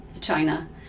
China